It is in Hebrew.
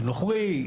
נוכרי?